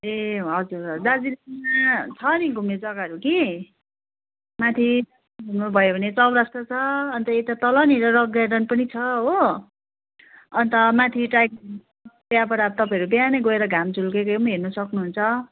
ए हजुर हजुर दार्जिलिङमा छ नि घुम्ने जग्गाहरू कि माथि घुम्नुभयो भने चौरस्ता छ अन्त यता तलतिर रक गार्डन पनि छ हो अन्त माथि टाइगरहिल त्यहाँबाट अब तपाईँहरू बिहानै गएर घाम झुल्केको पनि हेर्नु सक्नुहुन्छ